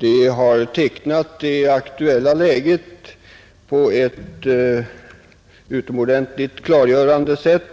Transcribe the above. Det har tecknat det aktuella läget på ett utomordentligt klargörande sätt.